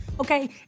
okay